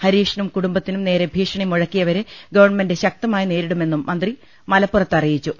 ഹരീഷിനും കുടുംബത്തിനും നേരെ ഭീഷണി മുഴക്കിയവരെ ഗവൺമെന്റ് ശക്തമായി നേരിടുമെന്നും മന്ത്രി മലപ്പുറത്ത് അറിയിച്ചു